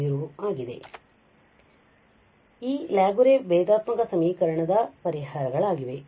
ನಲ್ಲಿ ನೀಡಲಾದ ಈ ಲ್ಯಾಗುರೆ ಭೇದಾತ್ಮಕ ಸಮೀಕರಣದ ಪರಿಹಾರಗಳಾಗಿವೆ